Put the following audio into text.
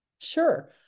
Sure